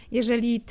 Jeżeli